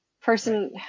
Person